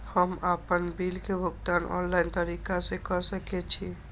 हम आपन बिल के भुगतान ऑनलाइन तरीका से कर सके छी?